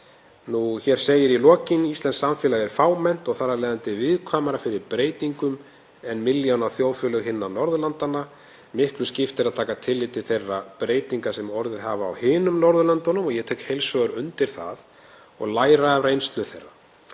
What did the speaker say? Hér segir í lokin: „Íslenskt samfélag er fámennt og þar af leiðandi viðkvæmara fyrir breytingum en milljónaþjóðfélög hinna Norðurlandanna. Miklu skiptir að taka tillit til þeirra breytinga sem orðið hafa á hinum Norðurlöndunum“ — og ég tek heils hugar undir það — „og læra af reynslu þeirra.